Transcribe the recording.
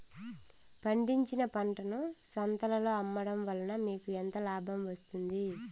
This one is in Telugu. పండించిన పంటను సంతలలో అమ్మడం వలన మీకు ఎంత లాభం వస్తుంది?